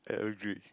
I agreed